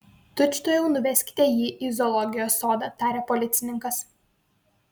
tučtuojau nuveskite jį į zoologijos sodą tarė policininkas